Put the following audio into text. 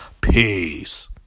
Peace